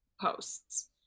Posts